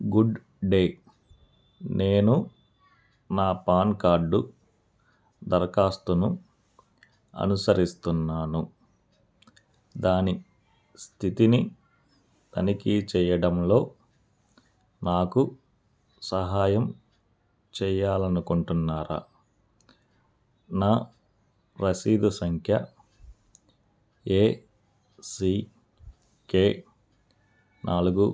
good day నేను నా pan card దరఖాస్తును అనుసరిస్తున్నాను దాని స్థితిని తనిఖీ చెయ్యడంలో నాకు సహాయం చెయ్యాలనుకుంటున్నారా నా రశీదు సంఖ్య ఏసీకే నాలుగు